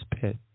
pit